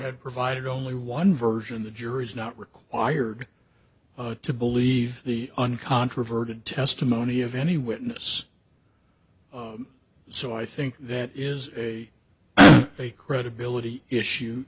had provided only one version the jury is not required to believe the uncontroverted testimony of any witness so i think that is a a credibility issue